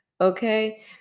Okay